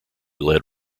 led